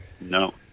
No